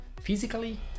physically